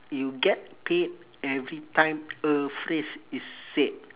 you get paid every time a phrase is said